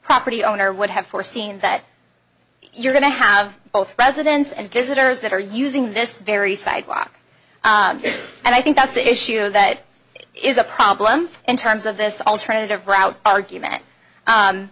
property owner would have foreseen that you're going to have both residents and visitors that are using this very sidewalk and i think that's the issue that is a problem in terms of this alternative route argument